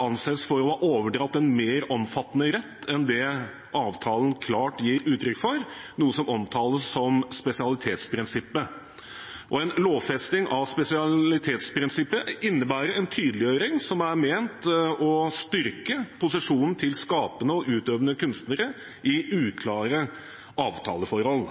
anses for å ha overdratt en mer omfattende rett enn det avtalen klart gir uttrykk for, noe som omtales som spesialitetsprinsippet. En lovfesting av spesialitetsprinsippet innebærer en tydeliggjøring som er ment å styrke posisjonen til skapende og utøvende kunstnere i uklare avtaleforhold.